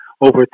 over